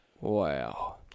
Wow